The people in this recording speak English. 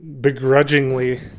begrudgingly